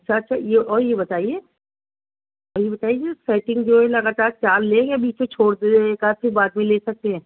اچھا اچھا یہ اور یہ بتائیے اور یہ بتائیے سیٹنگ جو ہے لگااتار چار لیں یا بیچ میں چھوڑ دیں اور پھر بعد میں لے سکتے ہیں